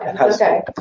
Okay